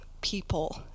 people